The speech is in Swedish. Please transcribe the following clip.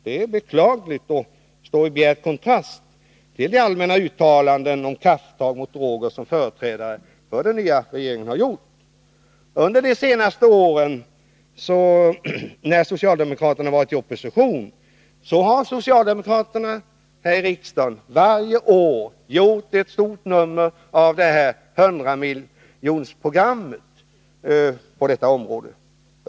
Detta är beklagligt och står i bjärt kontrast till de allmänna uttalanden om krafttag mot droger som företrädare för den nya regeringen gjort. Under de senaste åren, när socialdemokraterna varit i opposition, har de i riksdagen varje år gjort stort nummer av sitt 100-miljonersprogram på det här området.